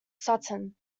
sutton